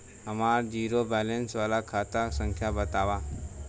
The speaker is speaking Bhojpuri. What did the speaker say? हमार जीरो बैलेस वाला खाता संख्या वतावा?